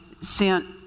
sent